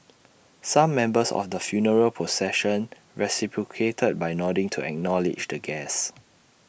some members of the funeral procession reciprocated by nodding to acknowledge the guests